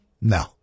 No